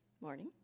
morning